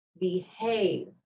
behave